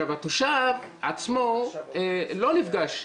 התושב עצמו לא נפגש.